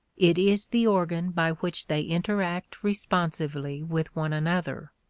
it is the organ by which they interact responsively with one another.